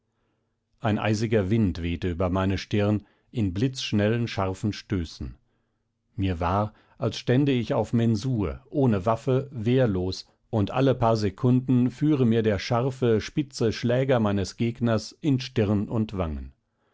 ein eisiger wind wehte über meine stirn in blitzschnellen scharfen stößen mir war als stände ich auf mensur ohne waffe wehrlos und alle paar sekunden führe mir der scharfe spitze schläger meines gegners in stirn und wangen